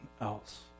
else